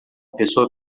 pessoa